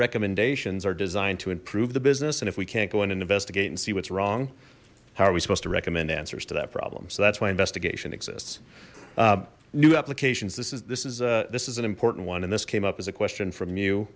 recommendations are designed to improve the business and if we can't go in and investigate and see what's wrong how are we supposed to recommend answers to that problem so that's why investigation exists new applications this is this is a this is an important one and this came up as a question from you